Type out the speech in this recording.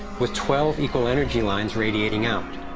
with twelve equal energy lines radiating out.